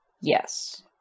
Yes